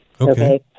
Okay